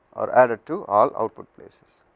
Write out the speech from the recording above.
or added to all output places,